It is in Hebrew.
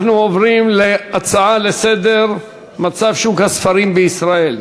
אנחנו עוברים להצעות לסדר-היום: מצב שוק הספרים בישראל,